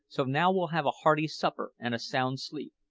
so now we'll have a hearty supper and a sound sleep.